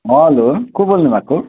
hello को बोल्नुभएको